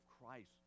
Christ